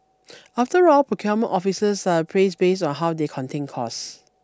after all procurement officers are appraised based on how they contain costs